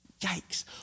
Yikes